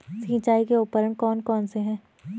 सिंचाई के उपकरण कौन कौन से हैं?